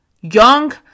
young